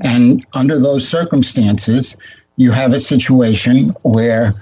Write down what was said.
and under those circumstances you have a situation where